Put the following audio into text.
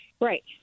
right